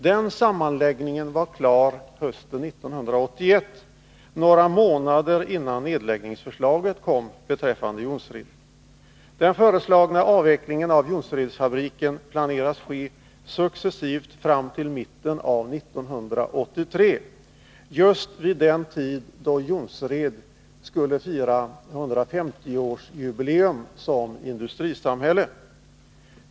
Den sammanläggningen var klar hösten 1981, några månader innan förslaget om nedläggning av Jonsered lades fram. Den föreslagna avvecklingen av Jonseredsfabriken planeras ske successivt fram till mitten av 1983, just vid den tid då Jonsered skulle ha firat 150-årsjubileum som industrisamhälle.